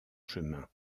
chemin